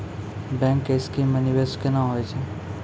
Bank के scheme मे निवेश केना होय छै?